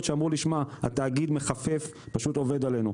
שאמרו התאגיד מחפף פשוט עובד עלינו,